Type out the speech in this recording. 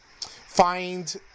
find –